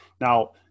Now